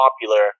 popular